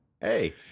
hey